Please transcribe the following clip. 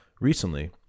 recently